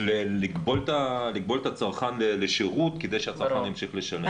לכבול את הצרכן לשירות כדי שהצרכן ימשיך לשלם.